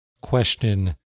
question